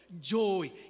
joy